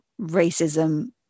racism